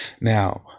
Now